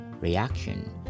reaction